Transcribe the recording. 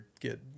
get